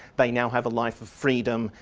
they now have a life of freedom,